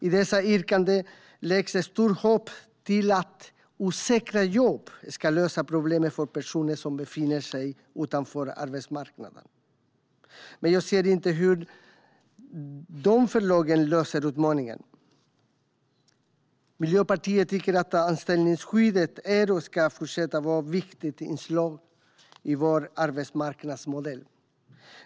I dessa yrkanden sätts stort hopp till att osäkra jobb ska lösa problemet för personer som befinner sig utanför arbetsmarknaden. Men jag ser inte hur dessa förslag löser utmaningen. Miljöpartiet tycker att anställningsskyddet är och ska fortsätta att vara ett viktigt inslag i vår arbetsmarknadsmodell.